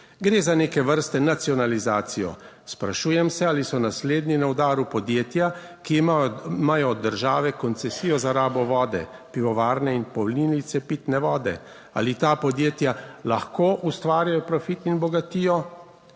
gre za neke vrste nacionalizacijo. Sprašujem se, ali so naslednji na udaru podjetja, ki imajo od države koncesijo za rabo vode, pivovarne in polnilnice pitne vode. Ali ta podjetja lahko ustvarjajo profit 7. TRAK: